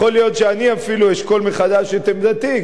יכול להיות שאני אפילו אשקול מחדש את עמדתי,